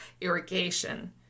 irrigation